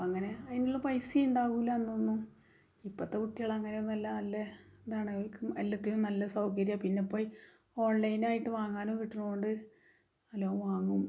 അങ്ങനെ അതിനുള്ള പൈസ ഉണ്ടാവില്ല അന്നൊന്നും ഇപ്പോഴത്ത കുട്ടികളങ്ങബനെ ഒന്നുമല്ല നല്ല ഇതാണ് അവർക്കും എല്ലാത്തിനും നല്ല സൗകര്യം പിന്നെപ്പോയ് ഓൺലൈനായിട്ട് വാങ്ങാനും കിട്ടുന്നത് കൊണ്ട് നല്ലോണം വാങ്ങും